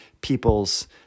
peoples